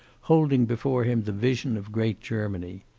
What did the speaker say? holding before him the vision of great germany.